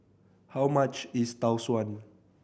how much is Tau Suan